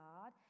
God